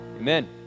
Amen